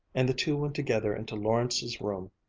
and the two went together into lawrence's room.